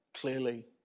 clearly